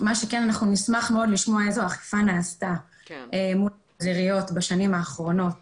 נשמח מאוד לשמוע איזו אכיפה נעשתה מול חזיריות בשנים האחרונות